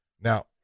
Now